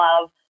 love